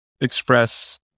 express